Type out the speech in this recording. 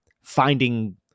finding